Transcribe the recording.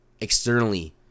externally